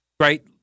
Right